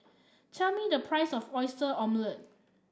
tell me the price of Oyster Omelette